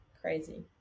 crazy